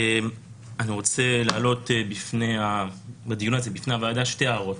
אני רוצה להעלות בדיון הזה בפני הוועדה שתי הערות,